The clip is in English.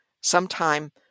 sometime